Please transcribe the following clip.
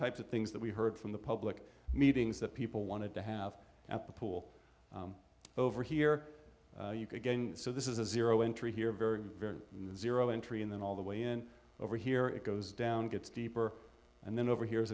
types of things that we heard from the public meetings that people wanted to have at the pool over here you could gain so this is a zero entry here very very zero entry and then all the way in over here it goes down gets deeper and then over here